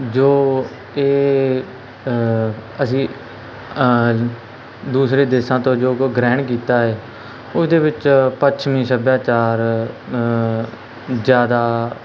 ਜੋ ਇਹ ਅਸੀਂ ਦੂਸਰੇ ਦੇਸ਼ਾਂ ਤੋਂ ਜੋ ਕੁ ਗ੍ਰਹਿਣ ਕੀਤਾ ਹੈ ਉਹਦੇ ਵਿੱਚ ਪੱਛਮੀ ਸੱਭਿਆਚਾਰ ਜ਼ਿਆਦਾ